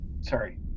Sorry